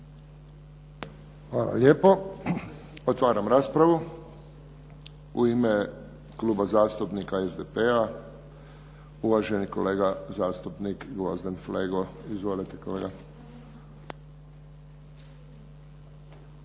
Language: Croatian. Hvala lijepo. Otvaram raspravu. U ime Kluba zastupnika SDP-a uvaženi kolega zastupnik Gvozden Flego. Izvolite, kolega.